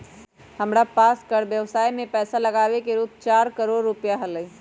हमरा पास कर व्ययवसाय में पैसा लागावे के रूप चार करोड़ रुपिया हलय